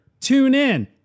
TuneIn